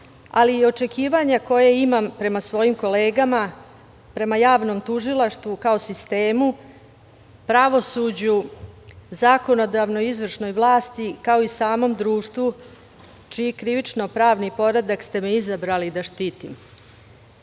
ali i očekivanja koje imam prema svojim kolegama, prema javnom tužilaštvu kao sistemu, pravosuđu, zakonodavnoj izvršnoj vlasti, kao i samom društvu, čiji krivično pravni poredak ste me izabrali da štitim. Svedoci